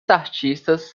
artistas